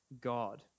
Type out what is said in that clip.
God